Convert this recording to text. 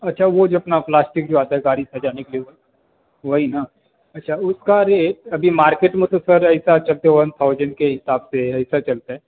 अच्छा वो जो अपना प्लास्टिक जो आता है गाड़ी सजाने के लिए वही ना अच्छा उसका रेट अभी मार्केट में तो सर ऐसा चलता है वन थाउसेंड के हिसाब से ऐसा चलता है